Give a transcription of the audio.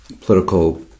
political